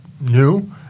new